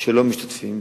שלא משתתפים,